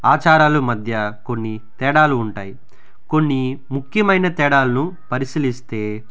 ఆచారాల మధ్య కొన్ని తేడాలు ఉంటాయి కొన్ని ముఖ్యమైన తేడాలను పరిశీలిస్తే